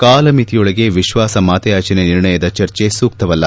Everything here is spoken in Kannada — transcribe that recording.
ಕಾಲಮಿತಿಯೊಳಗೆ ವಿಶ್ವಾಸಮತಯಾಚನೆ ನಿರ್ಣಯದ ಚರ್ಚೆ ಸೂಕ್ತವಲ್ಲ